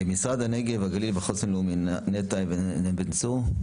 משרד הנגב הגליל והחוסן הלאומי, נטע אבן צור.